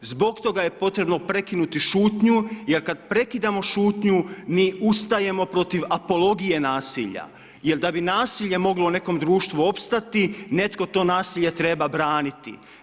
Zbog toga je potrebno prekinuti šutnju jer kad prekidamo šutnju, mi ustajemo protiv apologije nasilja jer da bi nasilje moglo u nekom društvu opstati, netko to nasilje treba braniti.